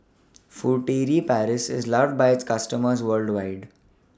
Furtere Paris IS loved By its customers worldwide